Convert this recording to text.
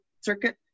circuit